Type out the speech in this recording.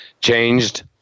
changed